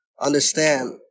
understand